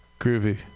Groovy